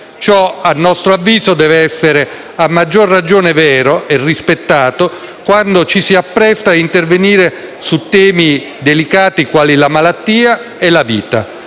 Ciò, a nostro avviso, deve essere a maggior ragione vero e rispettato quando ci si appresta a intervenire su temi delicati quali la malattia e la vita.